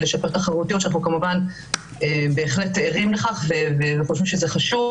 לשפר תחרותיות שאנחנו כמובן בהחלט ערים לכך וחושבים שזה חשוב